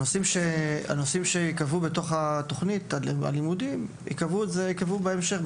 הנושאים שייקבעו בתוך תכנית הלימודים ייקבעו בהמשך,